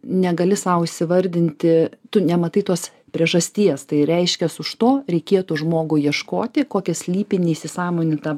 negali sau įsivardinti tu nematai tos priežasties tai reiškias už to reikėtų žmogų ieškoti kokia slypi neįsisąmoninta